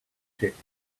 checked